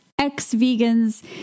ex-vegans